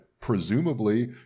presumably